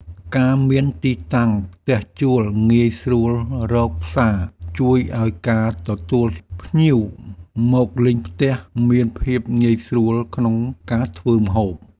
ការមានទីតាំងផ្ទះជួលងាយស្រួលរកផ្សារជួយឱ្យការទទួលភ្ញៀវមកលេងផ្ទះមានភាពងាយស្រួលក្នុងការធ្វើម្ហូប។